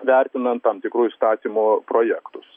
vertinant tam tikrų įstatymų projektus